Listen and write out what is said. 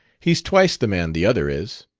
he's twice the man the other is.